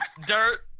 dirt